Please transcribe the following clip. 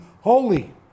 holy